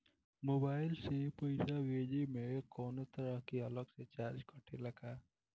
Mobile से पैसा भेजे मे कौनों तरह के अलग से चार्ज कटेला का?